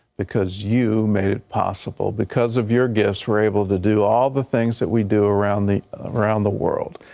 because you made it possible. because of your gifts we're able to do all the things that we do around the around the world.